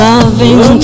Loving